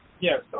Yes